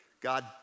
God